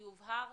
יובהר,